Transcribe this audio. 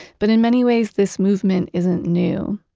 but in many ways, this movement isn't new.